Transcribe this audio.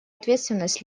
ответственность